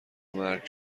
مرگ